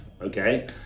okay